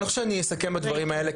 אני חושב שאני אסכם בדברים האלה,